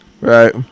right